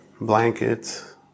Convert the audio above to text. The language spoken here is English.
blankets